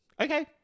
Okay